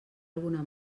alguna